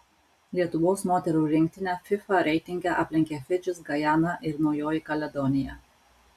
lietuvos moterų rinktinę fifa reitinge aplenkė fidžis gajana ir naujoji kaledonija